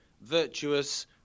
Virtuous